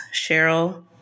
Cheryl